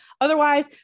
otherwise